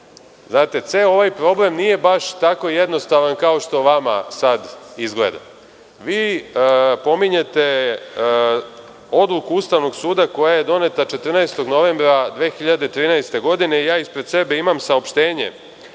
znate, ceo ovaj problem nije baš tako jednostavan kao što vama sada izgleda. Vi pominjete odluku Ustavnog suda koja je doneta 14. novembra 2013. godine. Ispred sebe imam saopštenje